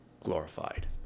glorified